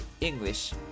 English